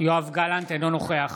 אינו נוכח